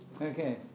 Okay